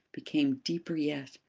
became deeper yet.